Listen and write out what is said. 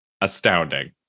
Astounding